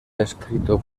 escrito